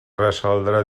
resoldre